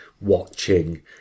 watching